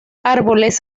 árboles